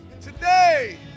Today